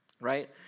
right